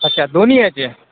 अच्छा दोन्ही याचे